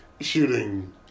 shooting